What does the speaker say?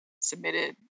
submitted